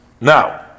Now